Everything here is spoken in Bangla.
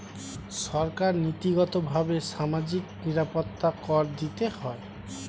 সরকারকে নীতিগতভাবে সামাজিক নিরাপত্তা কর দিতে হয়